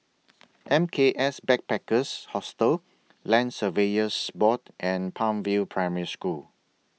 M K S Backpackers Hostel Land Surveyors Board and Palm View Primary School